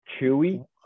chewy